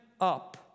up